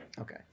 Okay